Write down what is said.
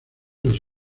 los